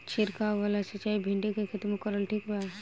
छीरकाव वाला सिचाई भिंडी के खेती मे करल ठीक बा?